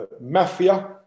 Mafia